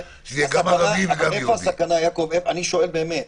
שזה יהיה גם ערבי וגם יהודי.